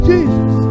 Jesus